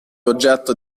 oggetto